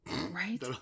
Right